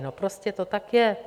No, prostě to tak je.